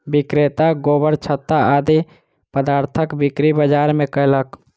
विक्रेता गोबरछत्ता आदि पदार्थक बिक्री बाजार मे कयलक